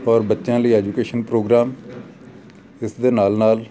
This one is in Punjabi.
ਔਰ ਬੱਚਿਆਂ ਲਈ ਐਜੂਕੇਸ਼ਨ ਪ੍ਰੋਗਰਾਮ ਇਸ ਦੇ ਨਾਲ ਨਾਲ